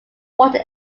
water